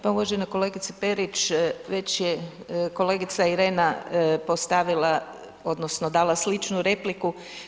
Pa uvažena kolegice Perić, već je kolegica Irena postavila, odnosno dala sličnu repliku.